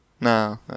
No